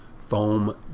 foam